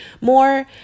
More